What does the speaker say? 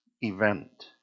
event